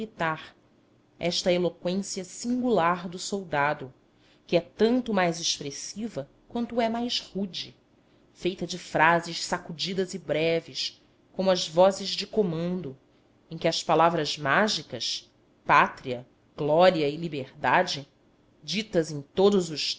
militar esta eloqüência singular do soldado que é tanto mais expressiva quanto é mais rude feita de frases sacudidas e breves como as vozes de comando e em que as palavras mágicas pátria glória e liberdade ditas em todos os